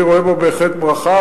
אני רואה בו בהחלט ברכה.